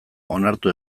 onartu